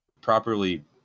properly